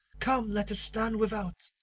come, let us stand without,